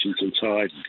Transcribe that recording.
inside